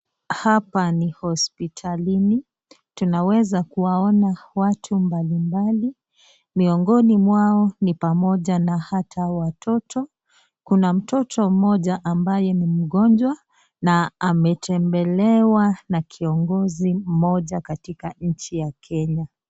Hapa ni hospitalini tunaweza kuwaona watu mbalimbali miongoni mwao ni pamoja na ata watoto. Kuna mtoto mmoja ambaye ni mgonjwa na ametembelewa na kiongozi mmoja katika nchi ya Kenya.